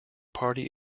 party